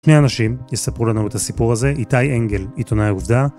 שני אנשים יספרו לנו את הסיפור הזה, איתי אנגל, עיתונאי עובדה.